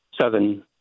southern